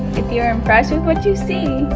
if you're impressed with what you see,